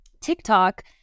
TikTok